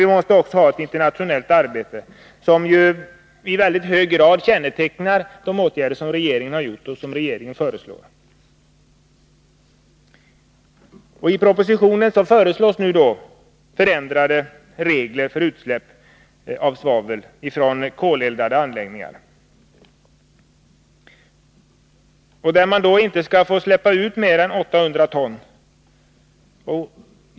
Vi måste också bedriva ett internationellt arbete, något som i väldigt hög grad kännetecknar de åtgärder som regeringen vidtagit och föreslagit. I propositionen föreslås förändrade regler för utsläpp av svavel från koleldade anläggningar. Man skall inte få släppa ut mer än 800 ton.